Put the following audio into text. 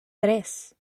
tres